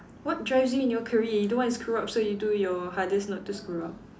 what drives you in your career you don't want to screw up so you do your hardest not to screw up